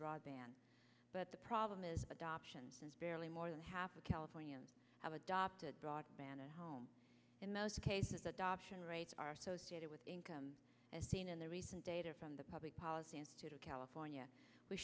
broadband but the problem is adoption is barely more than half of californians have adopted broadband at home in most cases adoption rates are associated with income as seen in the recent data from the public policy institute of california we